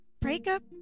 Breakup